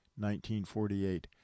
1948